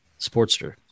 Sportster